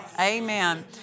Amen